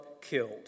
killed